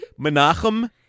menachem